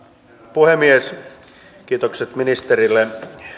puhemies kiitokset ministerille